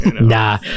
nah